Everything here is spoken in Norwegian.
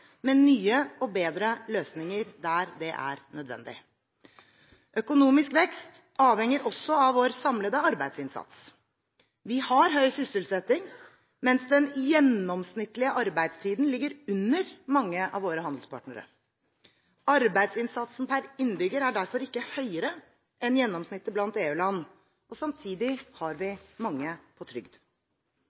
med nye og bedre løsninger der det er nødvendig. Økonomisk vekst avhenger også av vår samlede arbeidsinnsats. Vi har høy sysselsetting, mens den gjennomsnittlige arbeidstiden ligger under mange av våre handelspartnere. Arbeidsinnsatsen per innbygger er derfor ikke høyere enn gjennomsnittet blant EU-land. Samtidig har vi mange på trygd.